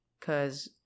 Cause